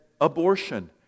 abortion